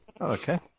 Okay